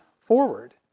forward